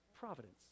providence